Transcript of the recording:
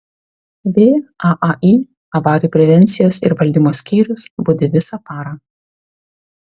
vaai avarijų prevencijos ir valdymo skyrius budi visą parą